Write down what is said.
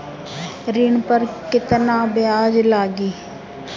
ऋण पर केतना ब्याज लगी?